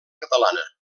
catalana